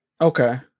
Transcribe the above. Okay